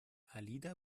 alida